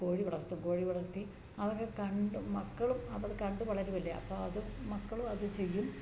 കോഴി വളർത്തും കോഴി വളർത്തി അതൊക്കെ കണ്ട് മക്കളും അതുകണ്ട് വളരുകയല്ലേ അപ്പോള് അതു മക്കളും അതു ചെയ്യും